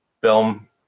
film